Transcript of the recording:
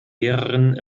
lehrerin